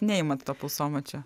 neimat to pulsomačio